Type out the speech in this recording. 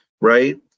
right